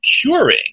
curing